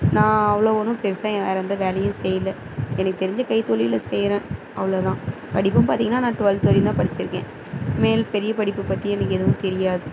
நான் அவ்வளோ ஒன்றும் பெருசாக வேறு எந்த வேலையும் செய்யல எனக்கு தெரிஞ்ச கைத்தொழிலை செய்கிறேன் அவ்வளோதான் படிப்பும் பார்த்திங்கன்னா நான் ட்வெல்த் வரையும் தான் படிச்சுருக்கேன் மேல் பெரிய படிப்பு பற்றி எனக்கு எதுவும் தெரியாது